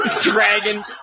Dragon